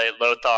Lothar